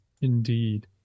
indeed